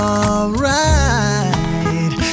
alright